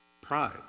pride